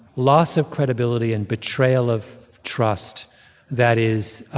loss of credibility and betrayal of trust that is